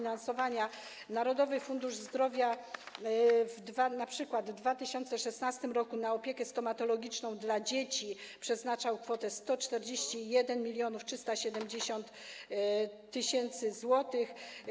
Narodowy Fundusz Zdrowia np. w 2016 r. na opiekę stomatologiczną dla dzieci przeznaczał kwotę 141 370 tys. zł.